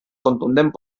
contundent